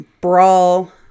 Brawl